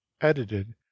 edited